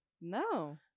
No